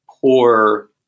poor